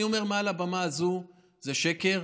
אני אומר מעל הבמה הזאת: זה שקר.